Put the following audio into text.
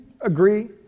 agree